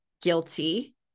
guilty